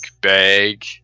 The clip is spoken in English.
bag